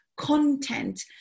content